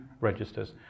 registers